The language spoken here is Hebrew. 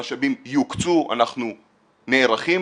המשאבים יוקצו, אנחנו נערכים